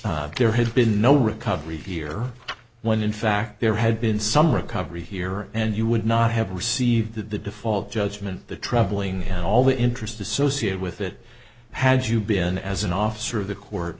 that there had been no recovery here when in fact there had been some recovery here and you would not have received that the default judgment the troubling and all the interest associated with it had you been as an officer of the court